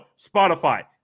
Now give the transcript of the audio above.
Spotify